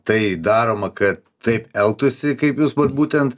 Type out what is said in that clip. tai daroma kad taip elgtųsi kaip jūs vat būtent